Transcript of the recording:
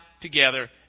together